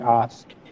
asked